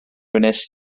wnest